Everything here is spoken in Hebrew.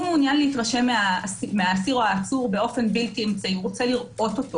מעוניין להתרשם מהאסיר או העצור באופן בלתי אמצעי רוצה לראות אותו